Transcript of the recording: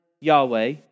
Yahweh